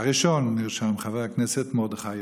ראשון נרשם חבר הכנסת מרדכי יוגב.